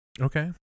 Okay